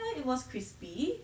yet it was crispy